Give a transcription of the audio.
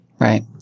Right